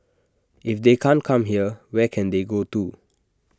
if they can't come here where can they go to